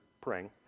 praying